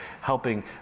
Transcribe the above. helping